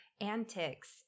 antics –